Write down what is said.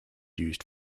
used